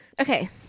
Okay